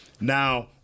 Now